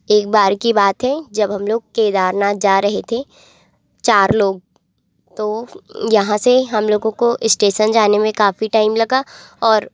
एक बार की बात है जब हम लोग केदारनाथ जा रहे थे चार लोग तो यहाँ से हम लोगों को इस्टेसन जाने में काफ़ी टाइम लगा और